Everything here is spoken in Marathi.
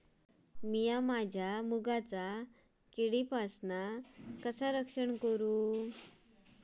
मीया माझ्या मुगाचा किडीपासून कसा रक्षण करू?